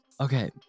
okay